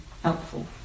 Helpful